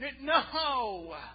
no